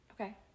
Okay